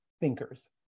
thinkers